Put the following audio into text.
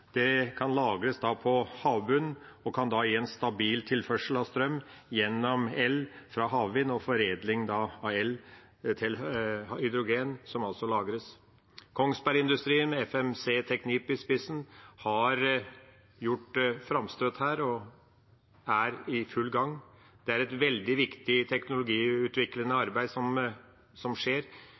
det kan lagres på havbunnen, og kan da gi stabil tilførsel av strøm gjennom el fra havvind og foredling av el til hydrogen, som altså lagres. Kongsbergindustrien med FMC Technologies i spissen har gjort framstøt her og er i full gang. Det er et veldig viktig teknologiutviklende arbeid som skjer,